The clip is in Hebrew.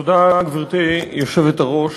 גברתי היושבת-ראש,